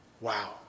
Wow